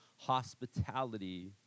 Hospitality